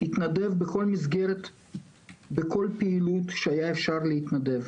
התנדב בכל מסגרת ובכל פעילות שהיה אפשר להתנדב.